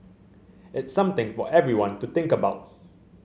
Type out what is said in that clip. it's something for everyone to think about